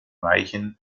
weichen